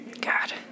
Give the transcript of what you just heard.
God